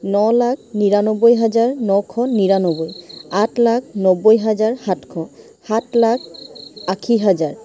ন লাখ নিৰানব্বৈ হাজাৰ নশ নিৰান্নব্বৈ আঠ লাখ নব্বৈ হাজাৰ সাতশ সাত লাখ আশী হাজাৰ